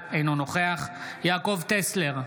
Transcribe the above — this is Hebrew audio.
אינו נוכח יעקב טסלר,